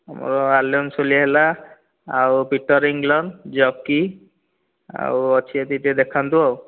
ମୋର ଆଲେନ୍ସୋଲି ହେଲା ଆଉ ପିଟର୍ଇଂଲଣ୍ଡ୍ ଜକି ଆଉ ଅଛି ଯଦି ଟିକିଏ ଦେଖନ୍ତୁ ଆଉ